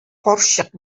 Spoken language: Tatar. карчык